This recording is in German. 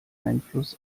einfluss